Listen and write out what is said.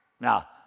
Now